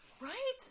Right